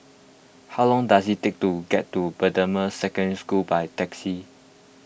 how long does it take to get to Bendemeer Secondary School by taxi